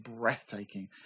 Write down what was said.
breathtaking